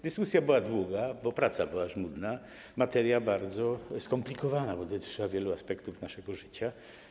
Dyskusja była długa, bo praca była żmudna, materia bardzo skomplikowana, dotycząca wielu aspektów naszego życia.